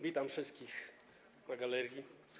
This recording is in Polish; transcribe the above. Witam wszystkich na galerii.